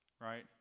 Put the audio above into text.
right